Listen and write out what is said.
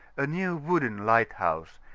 a new wooden lighthouse,